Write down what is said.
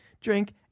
drink